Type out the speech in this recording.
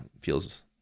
feels